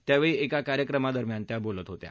त्यावळी एका कार्यक्रमादरम्यान त्या बोलत होत्या